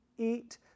Eat